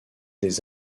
des